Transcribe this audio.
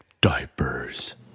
diapers